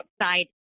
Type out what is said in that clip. outside